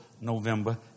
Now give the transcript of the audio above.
November